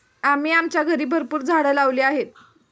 आम्ही आमच्या घरी भरपूर झाडं लावली आहेत